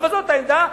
אבל זאת העמדה,